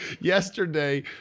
Yesterday